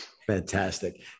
Fantastic